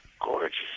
gorgeous